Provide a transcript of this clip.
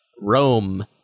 Rome